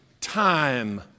time